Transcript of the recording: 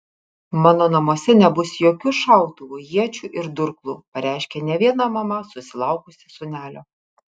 mano namuose nebus jokių šautuvų iečių ir durklų pareiškia ne viena mama susilaukusi sūnelio